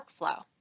workflow